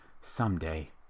someday